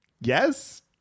Yes